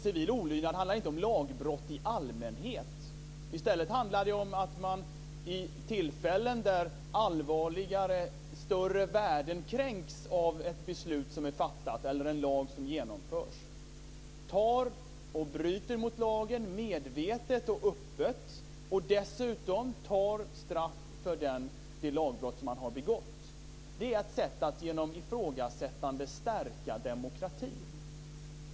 Civil olydnad handlar inte om lagbrott i allmänhet. I stället handlar det om att man vid tillfällen där allvarligare, större värden kränks av ett beslut som är fattat eller en lag som genomförs bryter mot lagen, medvetet och öppet, och dessutom tar straffet för det lagbrott som man har begått. Det är ett sätt att genom ifrågasättande stärka demokratin.